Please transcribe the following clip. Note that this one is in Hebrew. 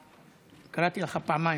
קראתי לך פעמיים.